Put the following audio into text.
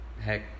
heck